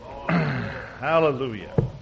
Hallelujah